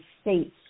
states